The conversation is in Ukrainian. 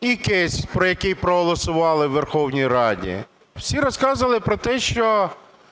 і кейс, про який проголосували в Верховній Раді. Всі розказували про те, що